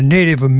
Native